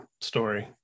story